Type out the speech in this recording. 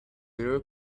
your